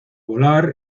volar